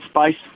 space